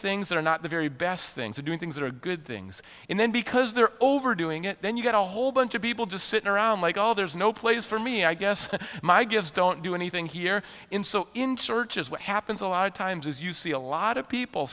things that are not the very best things are doing things that are good things and then because they're overdoing it then you've got a whole bunch of people just sitting around like all there's no place for me i guess my gives don't do anything here in so insearch as what happens a lot of times is you see a lot of people